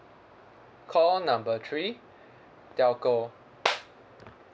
call number three telco